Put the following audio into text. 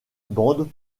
bandes